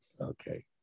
Okay